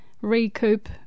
recoup